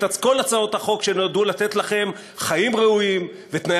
כל הצעות החוק שנועדו לתת לכם חיים ראויים ותנאי